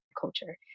culture